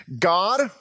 God